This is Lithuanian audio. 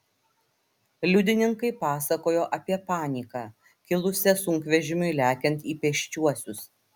liudininkai pasakojo apie paniką kilusią sunkvežimiui lekiant į pėsčiuosius